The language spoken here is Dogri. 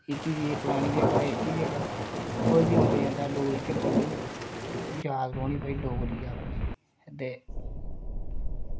की एह् फलानी जगह एह् एह्की जगह कोई बी औंदा जंदा लोक इयै पढ़ग याद रौह्नी की भई डोगरी ऐ अपनी